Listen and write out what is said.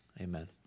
Amen